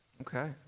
Okay